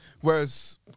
Whereas